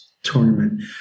tournament